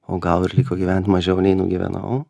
o gal ir liko gyvent mažiau nei nugyvenau